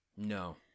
No